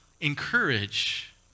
encourage